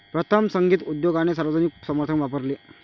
प्रथम, संगीत उद्योगाने सार्वजनिक समर्थन वापरले